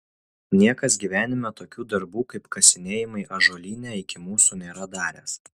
niekas gyvenime tokių darbų kaip kasinėjimai ąžuolyne iki mūsų nėra daręs